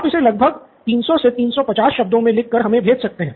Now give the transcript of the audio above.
आप इसे लगभग 300 से 350 शब्दों में लिख कर हमे भेज सकते हैं